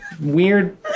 weird